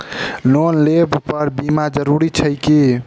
Loan लेबऽ पर बीमा जरूरी छैक की?